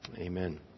Amen